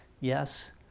yes